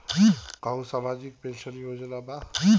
का उ सामाजिक पेंशन योजना बा?